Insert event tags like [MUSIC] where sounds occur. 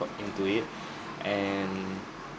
for into it [BREATH] and